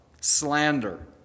slander